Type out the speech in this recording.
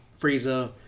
Frieza